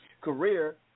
career